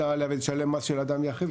ונשלם מס של אדם יחיד.